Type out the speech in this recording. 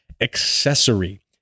accessory